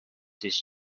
his